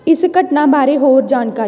ਇਸ ਘਟਨਾ ਬਾਰੇ ਹੋਰ ਜਾਣਕਾਰੀ